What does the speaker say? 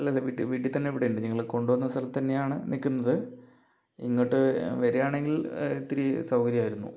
അല്ലല്ലാ വീട്ടിൽ വീട്ടിൽ തന്നെ ഇവിടെയുണ്ട് നിങ്ങൾ കൊണ്ടുവന്ന സ്ഥലത്ത് തന്നെയാണ് നിൽക്കുന്നത് ഇങ്ങോട്ട് വരികയാണെങ്കിൽ ഇത്തിരി സൗകര്യമായിരുന്നു